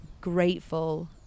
grateful